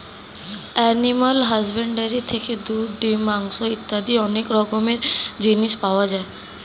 animal husbandry থেকে দুধ, ডিম, মাংস ইত্যাদি অনেক রকমের জিনিস পাওয়া যায়